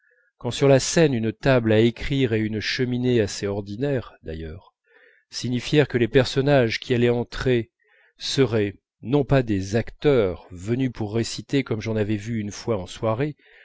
quand sur la scène une table à écrire et une cheminée assez ordinaires d'ailleurs signifièrent que les personnages qui allaient entrer seraient non pas des acteurs venus pour réciter comme j'en avais vu une fois en soirée